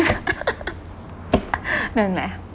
then I'm like